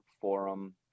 forum